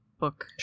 book